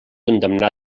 condemnat